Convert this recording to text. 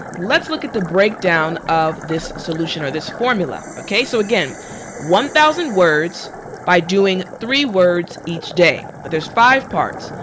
let's look at the breakdown of this solution or this formula. okay so again one thousand words by doing three words each day. but there's five parts,